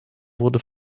wurde